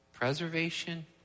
Preservation